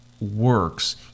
works